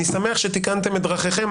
אני שמח שתיקנתם את דרככם,